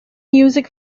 music